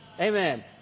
Amen